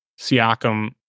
Siakam